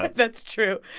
but that's true.